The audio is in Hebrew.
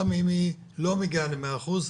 גם אם היא לא מגיעה ל-100%,